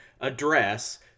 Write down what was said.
address